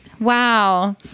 Wow